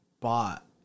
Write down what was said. bought